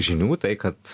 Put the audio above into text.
žinių tai kad